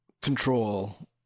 control